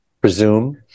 Presume